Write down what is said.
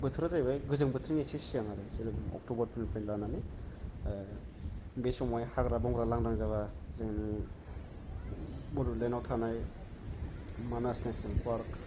बोथोरा जाहैबाय गोजां बोथोरनि इसे सिगां आरो जेरेखम अक्टबरफोरनिफ्राय लानानै ओ बे समावहाय हाग्रा बंग्रा लांदां जाबा जोंनि बड'लेण्डनाव थानाय मानास नेसनेल फार्क